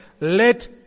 Let